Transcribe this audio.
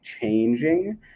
changing